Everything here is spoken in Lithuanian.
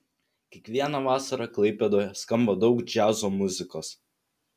kiekvieną vasarą klaipėdoje skamba daug džiazo muzikos